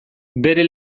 bere